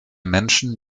menschen